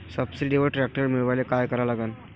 सबसिडीवर ट्रॅक्टर मिळवायले का करा लागन?